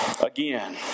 again